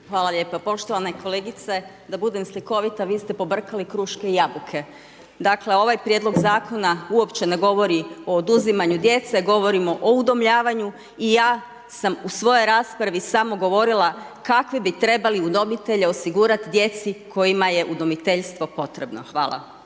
Hvala lijepo. Poštovane kolegice, da budem slikovita, vi ste pobrkali kruške i jabuke. Dakle, ovaj Prijedlog Zakona uopće ne govori o oduzimanju djece, govorimo o udomljavanju i ja sam u svojoj raspravi samo govorila kakve bi trebali udomitelje osigurati djeci kojima je udomiteljstvo potrebno. Hvala.